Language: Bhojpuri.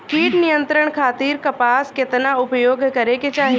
कीट नियंत्रण खातिर कपास केतना उपयोग करे के चाहीं?